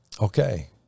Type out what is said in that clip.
okay